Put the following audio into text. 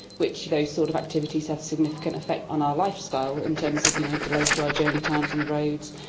which those sort of activities have significant effect on our lifestyle in terms of you know delays to our journey times on the roads,